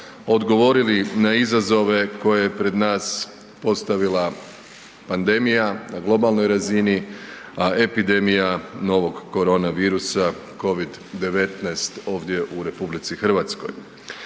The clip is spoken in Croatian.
odgovorili na izazove koje je pred nas postavila pandemija na globalnoj razini, a epidemija novog korona virusa Covid-19 ovdje u RH. Prije nekoliko